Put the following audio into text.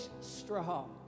strong